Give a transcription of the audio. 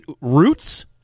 Roots